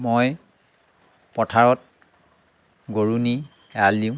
মই পথাৰত গৰু নি এৰাল দিওঁ